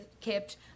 kept